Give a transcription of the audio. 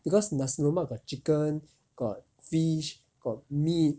because nasi lemak got chicken got fish got meat